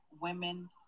women